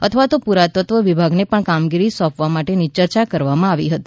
અથવા તો પ્રરાતત્વ વિભાગને પણ કામગીરી સોંપવા માટેની ચર્ચા કરવામાં આવી હતી